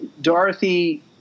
Dorothy